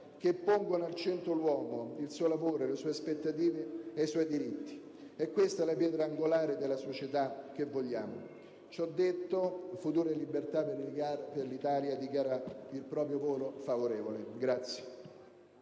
che pongono al centro l'uomo, il suo lavoro, le sue aspettative e i suoi diritti. È questa la pietra angolare della società che vogliamo. Ciò detto, Futuro e Libertà per l'Italia dichiara il proprio voto favorevole.